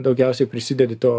daugiausiai prisidedi tu